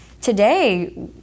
today